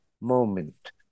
moment